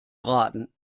braten